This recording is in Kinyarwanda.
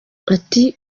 ati